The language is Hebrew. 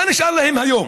מה נשאר להם היום?